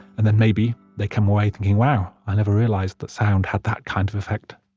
and then maybe they come away thinking, wow. i never realized that sound had that kind of effect.